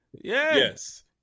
yes